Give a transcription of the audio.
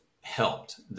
helped